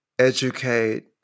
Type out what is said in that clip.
educate